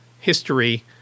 history